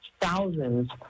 thousands